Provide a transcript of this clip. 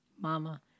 Mama